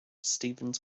stephens